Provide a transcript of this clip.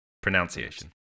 Pronunciation